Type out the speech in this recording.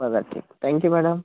चालेल ठीक thank you madam